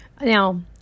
Now